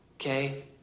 Okay